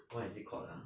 what is it called ah